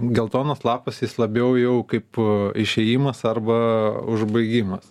geltonas lapas jis labiau jau kaip išėjimas arba užbaigimas